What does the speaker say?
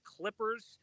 Clippers